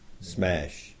smash